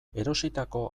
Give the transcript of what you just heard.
erositako